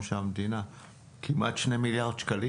מתקרב לשני מיליארד שקלים,